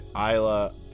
Isla